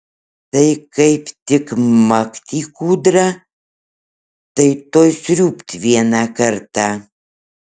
tai kaip tik makt į kūdrą tai tuoj sriūbt vieną kartą